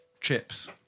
chips